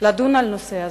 לדון על הנושא הזה,